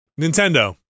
Nintendo